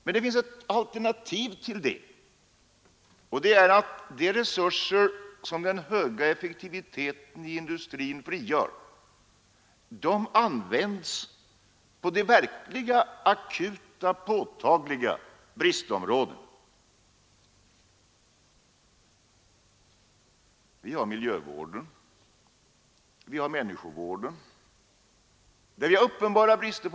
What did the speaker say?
Men det finns ett alternativ till detta, nämligen att de resurser som den höga effektiviteten i industrin frigör används på de verkligt akuta och påtagliga bristområdena. Vi har miljövården och människovården, där vi har uppenbara brister.